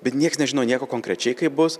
bet nieks nežino nieko konkrečiai kaip bus